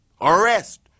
arrest